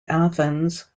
athens